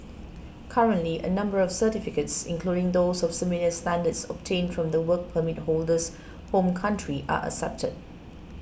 currently a number of certificates including those of similar standards obtained from the Work Permit holder's home country are accepted